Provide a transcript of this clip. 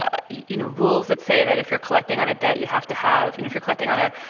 ah you know, rules that say that if you're collecting on a debt, you have to have and if you're collecting on a